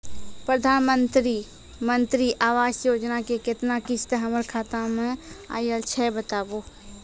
प्रधानमंत्री मंत्री आवास योजना के केतना किस्त हमर खाता मे आयल छै बताबू?